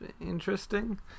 interesting